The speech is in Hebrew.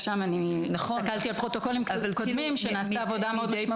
הסתכלתי על פרוטוקולים קודמים שנעשתה עבודה מאוד משמעותית.